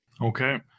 Okay